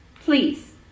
Please